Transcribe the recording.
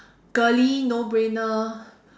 girly no brainer